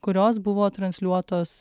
kurios buvo transliuotos